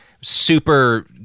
super